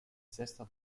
sesta